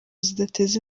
zidateza